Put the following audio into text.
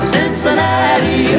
Cincinnati